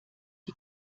die